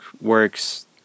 works